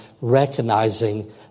recognizing